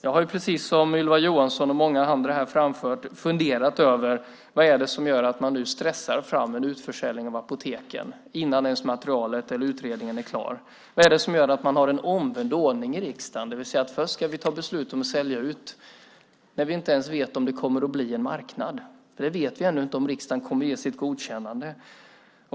Jag har, precis som Ylva Johansson och många andra här framfört, funderat över vad det är som gör att man nu stressar fram en utförsäljning av apoteken innan ens materialet eller utredningen är klar. Vad är det som gör att man har en omvänd ordning i riksdagen, det vill säga att först ska vi ta beslut om att sälja ut när vi inte ens vet om det kommer att bli en marknad? Vi vet ännu inte om riksdagen kommer att ge sitt godkännande.